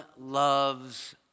loves